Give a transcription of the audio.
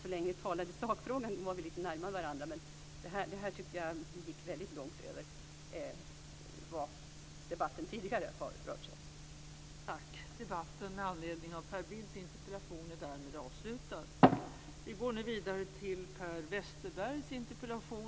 Så länge vi talade i sakfrågan var vi lite närmare varandra, men det här tyckte jag gick väldigt långt utöver vad debatten tidigare har rört sig om.